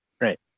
Right